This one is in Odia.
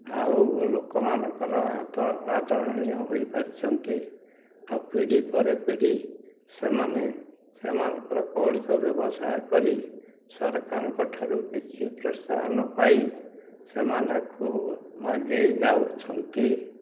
ଆଉ ଲୋକମାନଙ୍କର ଆଦ ଆଦରଣୀୟ ହୋଇପାରିଛନ୍ତି ଆଉ ପିଢ଼ି ପରେ ପିଢ଼ି ସେମାନେ ସେମାନଙ୍କର ପୌଢ଼ୀକ ବ୍ୟବସାୟ କରି ସରକାରଙ୍କଠାରୁ କିଛି ପ୍ରୋତ୍ସାହନ ପାଇ ସେମାନେ ଖୁବ ଆଗେଇ ଯାଉଛନ୍ତି